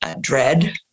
dread